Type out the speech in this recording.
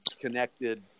connected